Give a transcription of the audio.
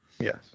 Yes